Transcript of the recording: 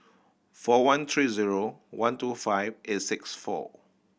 four one three zero one two five eight six four